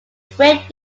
great